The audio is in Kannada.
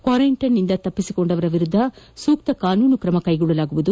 ಕ್ವಾರಂಟೈನ್ನಿಂದ ತೆದ್ವಿಸಿಕೊಂಡವರ ವಿರುದ್ದ ಸೂಕ್ತ ಕಾನೂನು ಕ್ರಮ ಕೈಗೊಳ್ಳಲಾಗುವುದು